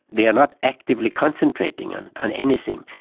they are not actively concentrating on on anything,